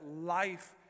life